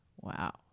Wow